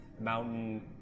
mountain